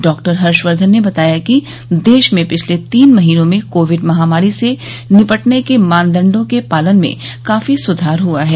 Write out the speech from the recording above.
doctor Harsh Vardhan ने बताया कि देश में पिछले तीन महीनों में कोविड महामारी से निपटने के मानदण्डों के पालन में काफी सुधार हआ है